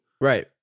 Right